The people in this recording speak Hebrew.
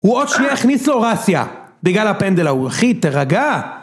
הוא עוד שנייה הכניס לו רסיה, בגלל הפנדל ההוא אחי, תרגע